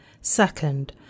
Second